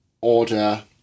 order